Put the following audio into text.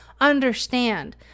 understand